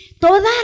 toda